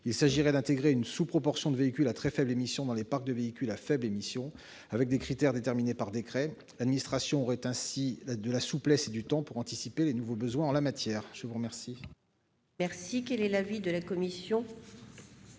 en effet à intégrer une sous-proportion de véhicules à très faibles émissions dans les parcs de véhicules à faibles émissions, avec des critères déterminés par décret. L'administration disposerait ainsi de souplesse et de temps pour anticiper les nouveaux besoins en la matière. Quel